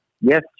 Yes